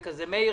מאיר,